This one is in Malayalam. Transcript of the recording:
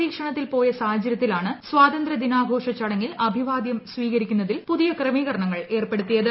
നിരീക്ഷണത്തിൽ പോയ സാഹചര്യത്തിലാണ് സ്വാതന്ത്ര്യ ദിനാഘോഷ ചടങ്ങിൽ അഭിവാദ്യം സ്വീകരിക്കുന്നതിൽ പുതിയ ക്രമീകരണങ്ങൾ ഏർപ്പെടുത്തിയത്